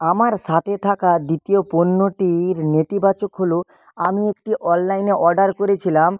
আমার সাথে থাকা দ্বিতীয় পণ্যটির নেতিবাচক হল আমি একটি অনলাইনে অর্ডার করেছিলাম